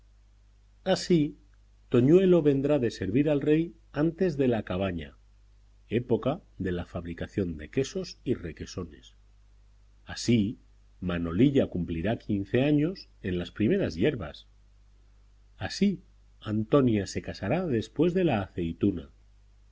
así toñuelo vendrá de servir al rey antes de la cabaña época de la fabricación de quesos y requesones así manolilla cumplirá quince años en las primeras hierbas así antonia se casará después de la aceituna